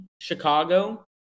Chicago